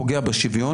פוגע בשוויון,